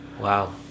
Wow